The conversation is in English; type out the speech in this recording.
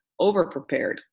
overprepared